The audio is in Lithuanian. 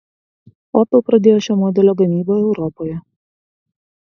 opel pradėjo šio modelio gamybą europoje